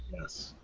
Yes